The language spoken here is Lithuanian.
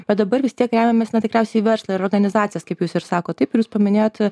bet dabar vis tiek remiamės na tikriausiai į verslą ir organizacijas kaip jūs ir sakot taip ir jūs paminėjot